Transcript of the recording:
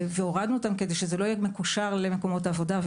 הורדנו אותם כדי שזה לא יהיה מקושר למקומות עבודה.